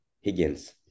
Higgins